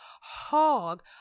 hog